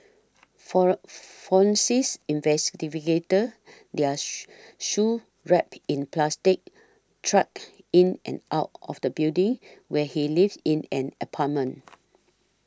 for Fransics their shoes wrapped in plastic trudged in and out of the building where he lived in an apartment